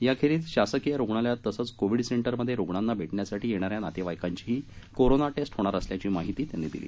याखेरीज शासकीय रूग्णालयात तसंच कोविड सेंटरमध्ये रूग्णांना भेटण्यासाठी येणाऱ्या नातेवाईकांचीही कोरोना टेस्ट होणार असल्याची माहिती त्यांनी दिली